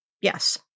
Yes